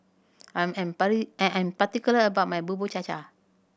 I'm I am particular about my Bubur Cha Cha